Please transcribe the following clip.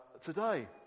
today